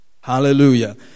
Hallelujah